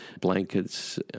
blankets